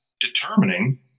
determining